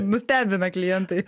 nustebina klientai